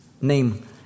name